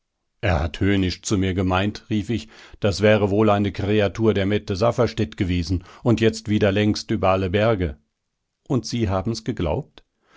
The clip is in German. er hat höhnisch zu mir gemeint rief ich das wäre wohl eine kreatur der mette safferstätt gewesen und jetzt wieder längst über alle berge und sie haben's geglaubt